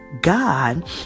God